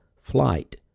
flight